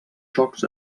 xocs